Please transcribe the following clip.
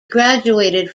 graduated